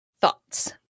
thoughts